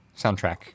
soundtrack